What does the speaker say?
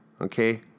okay